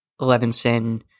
Levinson